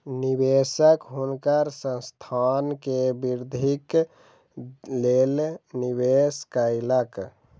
निवेशक हुनकर संस्थान के वृद्धिक लेल निवेश कयलक